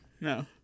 No